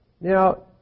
Now